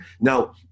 now